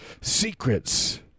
secrets